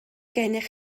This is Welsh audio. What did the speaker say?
gennych